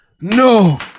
No